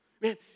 Man